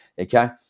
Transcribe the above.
okay